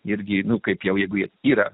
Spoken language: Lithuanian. irgi nu kaip jau jeigu yra